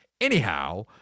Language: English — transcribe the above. Anyhow